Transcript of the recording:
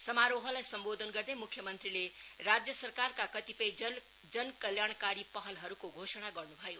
समारोहलाई सम्बोधन गर्दै मुख्य मंत्रीले राज्य सरकारका कतिपय जन कल्याणकारी पहलहरुको घोषणा गर्न् भयो